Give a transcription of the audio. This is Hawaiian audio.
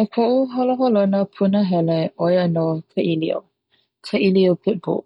O koʻu holoholona punahele ʻoia no ka ʻilio, ka ʻilio Pitbull